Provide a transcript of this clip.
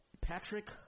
Patrick